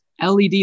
LED